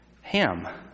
Ham